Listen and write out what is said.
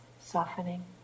softening